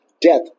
death